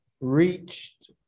reached